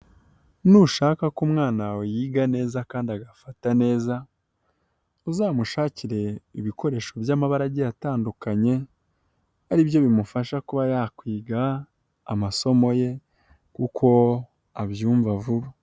Nushaka ko umwana wawe yiga neza kandi agafata neza, uzamushakire ibikoresho by'amabarage agiye atandukanye ari byo bimufasha kuba yakwiga amasomo ye kuko abyumva vuba.